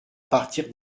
partir